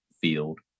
field